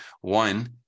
One